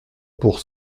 pour